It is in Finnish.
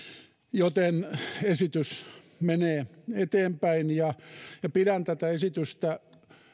joten esitys menee eteenpäin pidän tätä esitystä